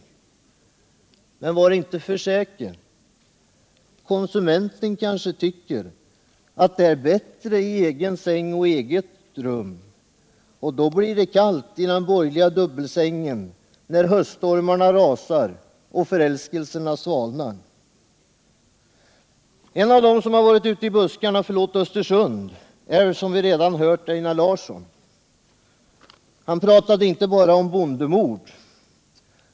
Men var inte för säker! Konsumenten kanske tycker att det är bättre i egen säng och i eget rum. Och då blir det kallt i den borgerliga dubbelsängen när höststormarna rasar och förälskelserna svalnar. En av dem som varit ute i buskarna — förlåt, Östersund — är, som vi redan hört, Einar Larsson. Han pratade inte bara om bondemord.